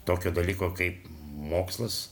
tokio dalyko kaip mokslas